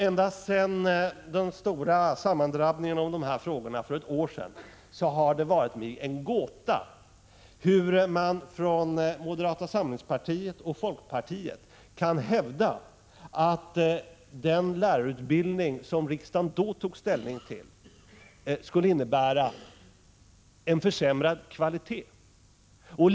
Ända sedan de stora sammandrabbningarna om dessa frågor för ett år sedan har det för mig varit en gåta hur moderata samlingspartiet och folkpartiet har kunnat hävda att den lärarutbildning som riksdagen då tog ställning till skulle innebära en försämring av kvaliteten.